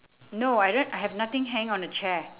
no I don't h~ I have nothing hanging on the chair